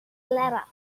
clara